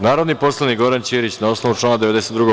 Narodni poslanik Goran Ćirić, na osnovu člana 92.